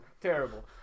Terrible